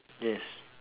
yes